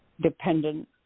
dependent